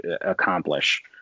accomplish